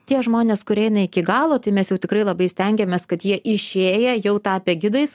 tie žmonės kurie eina iki galo tai mes jau tikrai labai stengiamės kad jie išėję jau tapę gidais